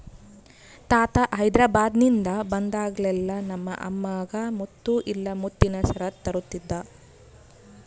ತಾತ ಹೈದೆರಾಬಾದ್ನಿಂದ ಬಂದಾಗೆಲ್ಲ ನಮ್ಮ ಅಮ್ಮಗ ಮುತ್ತು ಇಲ್ಲ ಮುತ್ತಿನ ಸರ ತರುತ್ತಿದ್ದ